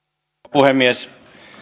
puhemies